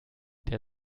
der